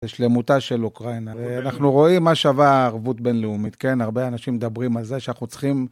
לשלמותה של אוקראינה, אנחנו רואים מה שווה הערבות בינלאומית, כן? הרבה אנשים מדברים על זה, שאנחנו צריכים...